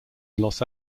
los